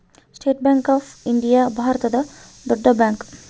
state bank of India ಭಾರತದ ದೊಡ್ಡ bank